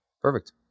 Perfect